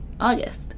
August